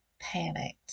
panicked